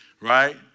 Right